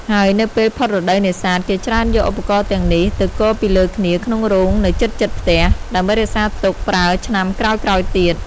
ហើយនៅពេលផុតរដូវនេសាទ គេច្រើនយកឧបរណ៍ទាំងនេះ ទៅគរពីលើគ្នាក្នុងរោងនៅជិតៗផ្ទះ ដើម្បីរក្សាទុកប្រើឆ្នាំក្រោយៗទៀត។